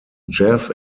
jeff